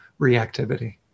reactivity